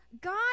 God